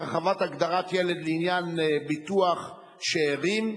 הרחבת הגדרת ילד לעניין ביטוח שאירים),